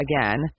again